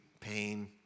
pain